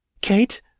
Kate